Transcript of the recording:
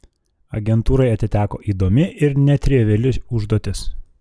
agentūrai atiteko įdomi ir netriviali užduotis